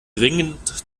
dringend